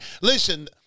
Listen